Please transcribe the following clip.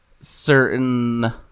certain